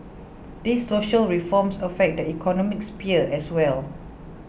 these social reforms affect the economic sphere as well